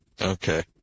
Okay